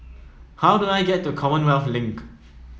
how do I get to Commonwealth Link